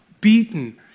beaten